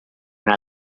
and